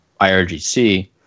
IRGC